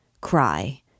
Cry